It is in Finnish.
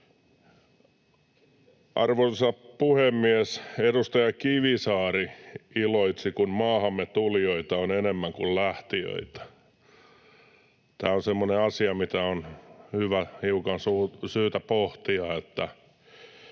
Arvoisa puhemies! Edustaja Kivisaari iloitsi, kun maahamme tulijoita on enemmän kuin lähtijöitä. Tämä on semmoinen asia, mitä on hiukan syytä pohtia,